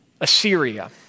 Assyria